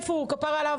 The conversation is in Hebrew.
איפה הוא כפרה עליו,